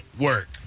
work